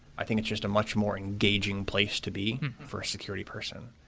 i think it's just a much more engaging place to be for a security person.